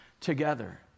together